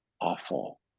awful